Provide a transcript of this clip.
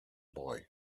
boy